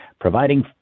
providing